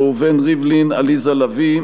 ראובן ריבלין ועליזה לביא.